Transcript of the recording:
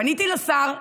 פניתי לשר,